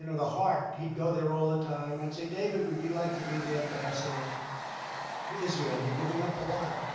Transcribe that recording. and the heart. he'd go there all the time. i'd say, david, would you like to be the ambassador to israel? you're giving up a lot.